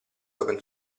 open